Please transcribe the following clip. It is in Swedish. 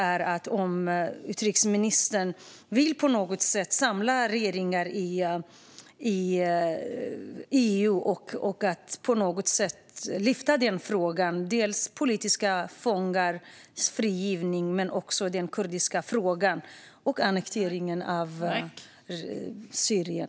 Vill utrikesministern på något sätt samla regeringarna i EU och lyfta upp dels frågan om politiska fångars frigivning, dels den kurdiska frågan och annekteringen av Syrien?